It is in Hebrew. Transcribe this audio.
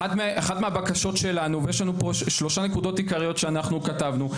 אחת מהבקשות שלנו ויש לנו פה שלושה נקודות עיקריות שאנחנו כתבנו,